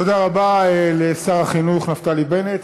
תודה רבה לשר החינוך נפתלי בנט,